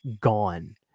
gone